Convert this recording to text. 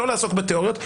לא לעסוק בתאוריות,